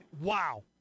Wow